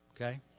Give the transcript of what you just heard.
okay